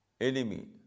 enemy